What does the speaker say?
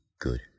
good